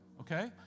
okay